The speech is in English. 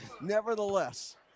Nevertheless